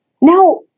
Now